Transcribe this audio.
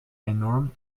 enorm